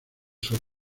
sus